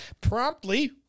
promptly